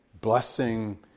blessing